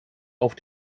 auf